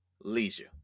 leisure